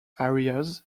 areas